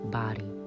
body